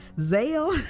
zale